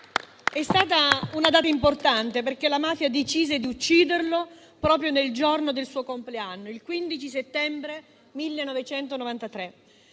è stata una data importante, perché la mafia decise di ucciderlo proprio nel giorno del suo compleanno, il 15 settembre 1993.